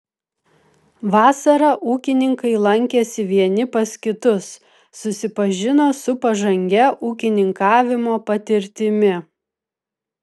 vasarą ūkininkai lankėsi vieni pas kitus susipažino su pažangia ūkininkavimo patirtimi